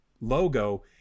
logo